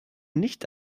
nicht